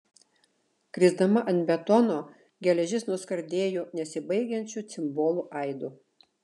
krisdama ant betono geležis nuskardėjo nesibaigiančiu cimbolų aidu